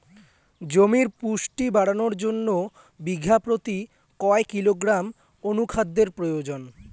জমির পুষ্টি বাড়ানোর জন্য বিঘা প্রতি কয় কিলোগ্রাম অণু খাদ্যের প্রয়োজন?